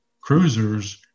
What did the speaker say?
cruisers